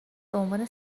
بعنوان